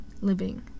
living